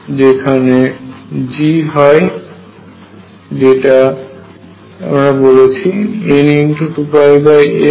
যেখানে G হয় যেটা আমরা বলেছি n2πa হয়